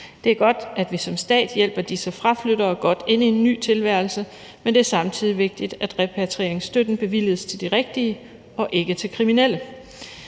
Det er godt, at vi som stat hjælper disse fraflyttere godt ind i en ny tilværelse, men det er samtidig vigtigt, at repatrieringsstøtten bevilges til de rigtige og ikke til kriminelle.